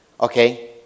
Okay